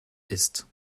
ist